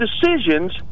decisions